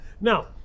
now